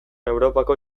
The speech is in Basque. europako